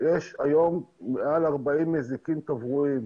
יש היום מעל 40 מזיקים תברואיים.